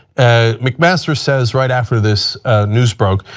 and mcmaster says right after this news broke,